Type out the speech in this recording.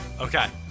Okay